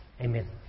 Amen